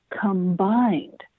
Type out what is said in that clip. combined